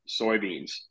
soybeans